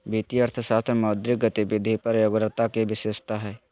वित्तीय अर्थशास्त्र मौद्रिक गतिविधि पर एगोग्रता के विशेषता हइ